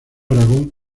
aragón